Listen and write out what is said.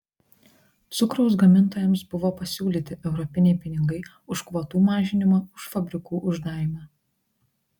cukraus gamintojams buvo pasiūlyti europiniai pinigai už kvotų mažinimą už fabrikų uždarymą